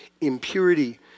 Impurity